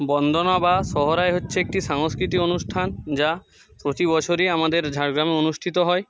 বন্দনা বা সহরায় হচ্ছে একটি সাংস্কৃতি অনুষ্ঠান যা প্রতি বছরই আমাদের ঝাড়গ্রামে অনুষ্ঠিত হয়